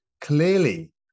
clearly